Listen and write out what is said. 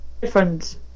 different